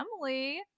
Emily